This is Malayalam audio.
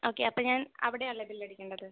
ഓക്കെ അപ്പം ഞാൻ അവിടെയാണല്ലേ ബില്ല് അടിക്കേണ്ടത്